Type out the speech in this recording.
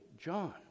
John